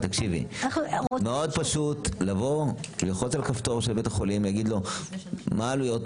מאוד פשוט לבוא וללחוץ על הכפתור של בית החולים ולהגיד לו: מה העלויות,